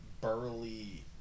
burly